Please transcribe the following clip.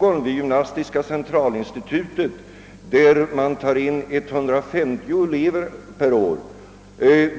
man vid gymnastiska centralinstitutet i Stockholm, som tar in 150 elever per år,